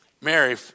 Mary